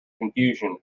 confusion